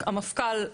המפכ"ל,